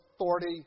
authority